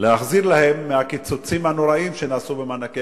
להחזיר להם מהקיצוצים הנוראיים שנעשו במענקי